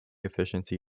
efficiency